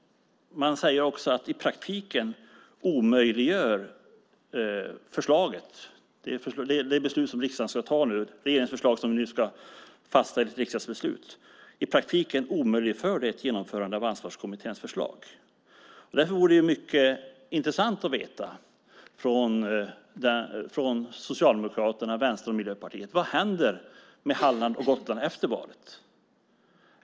Man säger också att i praktiken omöjliggör regeringens förslag som nu ska fastställas i ett riksdagsbeslut ett genomförande av Ansvarskommitténs förslag. Därför vore det mycket intressant att få svar från Socialdemokraterna, Vänsterpartiet och Miljöpartiet: Vad händer med Halland och Gotland efter valet?